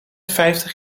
vijftig